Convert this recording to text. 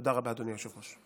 תודה רבה, אדוני היושב-ראש.